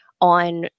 on